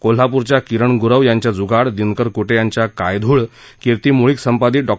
कोल्हापूरच्या किरण गुरव यांच्या जुगाड दिनकर क्टे यांच्या कायधूळ कीर्ति मुळीक संपादित डॉ